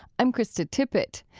i'm krista tippett.